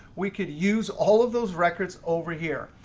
we could use all of those records over here.